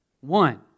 One